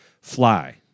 fly